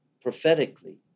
prophetically